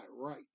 right